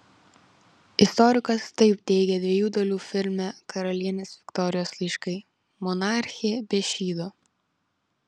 istorikas taip teigė dviejų dalių filme karalienės viktorijos laiškai monarchė be šydo